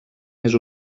més